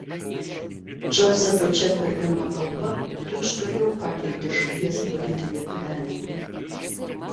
džozefo čemberleno kalba tučtuojau pakeitė šalies politinį gyvenimą